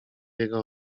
jego